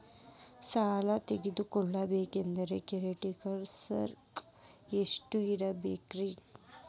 ಸಾಲ ತಗೋಬೇಕಂದ್ರ credit score ಎಷ್ಟ ಇರಬೇಕ್ರಿ?